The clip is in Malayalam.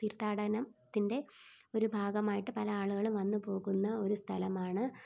തീർത്ഥാടനത്തിൻ്റെ ഒരു ഭാഗമായിട്ട് പല ആളുകളും വന്ന് പോകുന്ന ഒരു സ്ഥലമാണ്